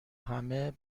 همه